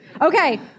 Okay